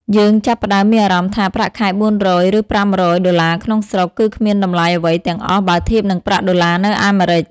យើងចាប់ផ្តើមមានអារម្មណ៍ថា ប្រាក់ខែ ៤០០ ឬ ៥០០ ដុល្លារក្នុងស្រុក គឺគ្មានតម្លៃអ្វីទាំងអស់បើធៀបនឹងប្រាក់ដុល្លារនៅអាមេរិក។